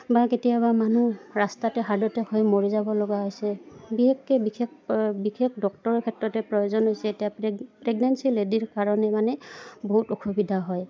বা কেতিয়াবা মানুহ ৰাস্তাতে হাৰ্ট এটেক হৈ মৰি যাব লগা হৈছে বিশেষকে বিশেষ বিশেষ ডক্টৰৰ ক্ষেত্ৰতে প্ৰয়োজন হৈছে এতিয়া প্ৰে প্ৰেগনেন্সী লেডিৰ কাৰণে মানে বহুত অসুবিধা হয়